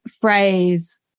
phrase